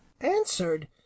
Answered